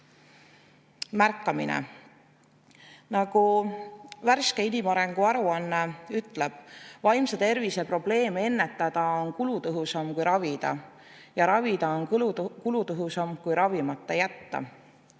– nagu värske inimarengu aruanne ütleb, vaimse tervise probleeme ennetada on kulutõhusam kui ravida ja ravida on kulutõhusam kui ravimata jätta.